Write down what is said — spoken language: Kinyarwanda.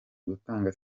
gutanga